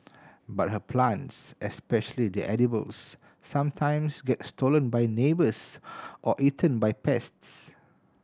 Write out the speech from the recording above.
but her plants especially the edibles sometimes get stolen by neighbours or eaten by pests